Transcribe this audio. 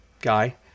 guy